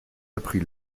apprit